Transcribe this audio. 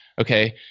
okay